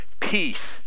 peace